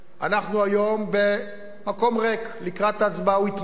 אנחנו היום במקום ריק, לקראת ההצבעה הוא יתמלא.